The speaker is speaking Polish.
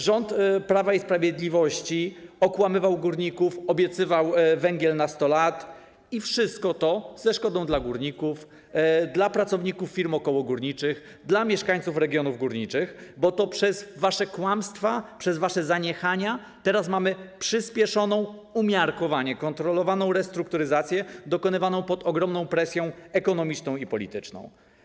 Rząd Prawa i Sprawiedliwości okłamywał górników, obiecywał węgiel na 100 lat, i wszystko to ze szkodą dla górników, dla pracowników firm okołogórniczych, dla mieszkańców regionów górniczych, bo to przez wasze kłamstwa, przez wasze zaniechania, teraz mamy przyspieszoną, umiarkowanie kontrolowaną restrukturyzację dokonywaną pod ogromną presją ekonomiczną i polityczną.